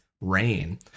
rain